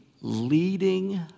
leading